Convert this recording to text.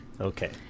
okay